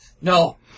No